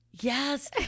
yes